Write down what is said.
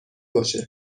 باشه